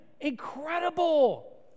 incredible